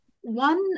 one